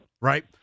right